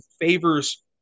favors